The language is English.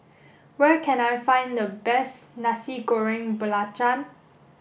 where can I find the best Nasi Goreng Belacan